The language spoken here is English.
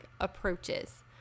approaches